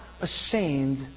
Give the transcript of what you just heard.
ashamed